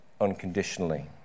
unconditionally